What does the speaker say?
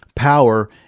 Power